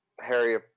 Harry